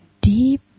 deep